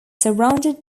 surrounded